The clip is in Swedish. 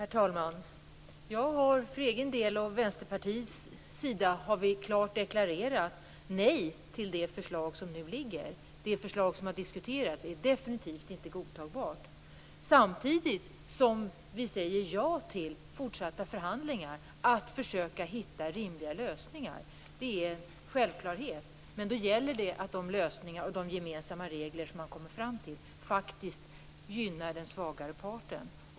Herr talman! Jag har för egen del och vi har från Vänsterpartiets sida klart deklarerat ett nej till det förslag som nu föreligger. Det förslag som har diskuterats är definitivt inte godtagbart. Samtidigt säger vi ja till fortsatta förhandlingar, till försök att hitta rimliga lösningar. Det är en självklarhet. Men då gäller det att de lösningar och de gemensamma regler som man kommer fram till faktiskt gynnar den svagare parten.